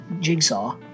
Jigsaw